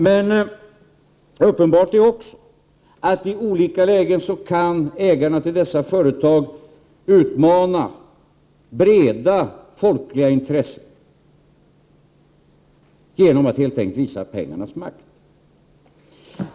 Men det är också uppenbart att ägarna till dessa företag i olika lägen kan utmana breda folkliga intressen genom att helt enkelt visa pengarnas makt.